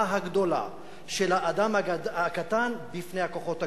הגדולה של האדם הקטן בפני הכוחות הגדולים.